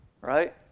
Right